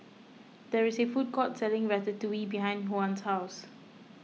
there is a food court selling Ratatouille behind Juan's house